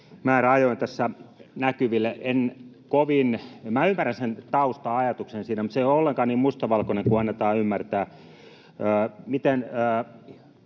määräajoin tässä näkyville. Minä ymmärrän sen tausta-ajatuksen siinä, mutta se ei ole ollenkaan niin mustavalkoinen kuin annetaan ymmärtää. Miten